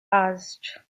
asked